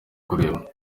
kureba